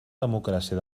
democràcia